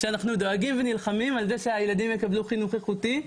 שאנחנו דואגים ונלחמים על זה שהילדים יקבלו חינוך איכותי,